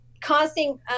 causing